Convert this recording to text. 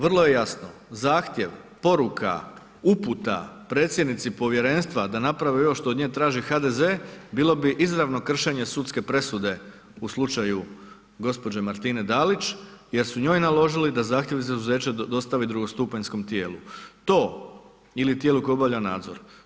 Vrlo je jasno, zahtjev, poruka, uputa, predsjednici povjerenstva da napravi ovo što od nje traži HDZ bilo bi izravno kršenje sudske presudu u slučaju gđe. Martine Dalić jer su njoj naložili da zahtjev za izuzeće dostavi drugostupanjskom tijelu ili tijelo koje obavlja nadzor.